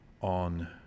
on